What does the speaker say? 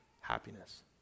happiness